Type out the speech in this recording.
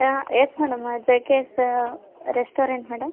yeah yes madam J K S restaurant madam